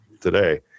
today